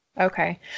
okay